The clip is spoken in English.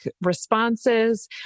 responses